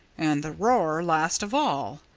and the roar last of all.